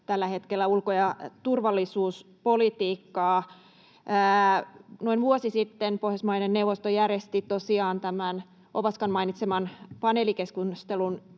ennen kaikkea ulko- ja turvallisuuspolitiikkaa. Noin vuosi sitten Pohjoismaiden neuvosto järjesti tosiaan Reykjavikissa tämän Ovaskan mainitseman paneelikeskustelun,